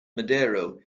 madero